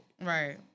Right